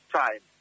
time